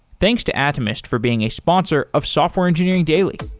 thanks to atomist for being a sponsor of software engineering daily.